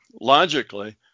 logically